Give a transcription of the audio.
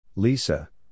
Lisa